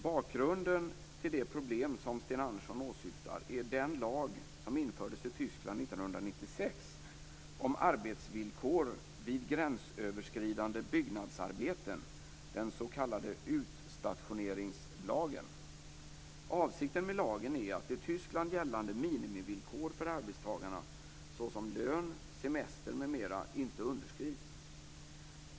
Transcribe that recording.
Bakgrunden till det problem som Sten Andersson åsyftar är den lag som infördes i Tyskland 1996 om arbetsvillkor vid gränsöverskridande byggnadsarbeten, den s.k. utstationeringslagen. Avsikten med lagen är att i Tyskland gällande minimivillkor för arbetstagarna såsom lön, semester m.m. inte underskrids.